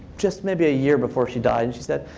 just maybe a year before she died. and she said,